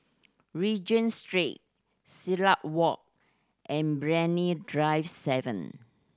Regent Street Silat Walk and Brani Drive Seven